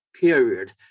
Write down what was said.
period